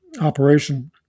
operation